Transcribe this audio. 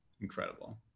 Incredible